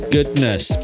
Goodness